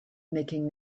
making